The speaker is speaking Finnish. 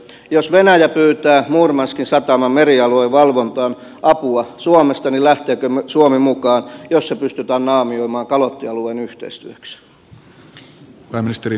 jos venäjä pyytää murmanskin sataman merialueen valvontaan apua suomesta niin lähteekö suomi mukaan jos se pystytään naamioimaan kalottialueen yhteistyöksi